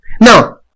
now